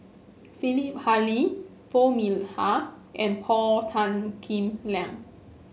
Philip Hoalim Foo Mee Har and Paul Tan Kim Liang